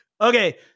Okay